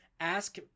Ask